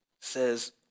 says